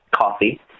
coffee